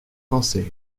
pensées